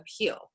Appeal